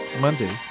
monday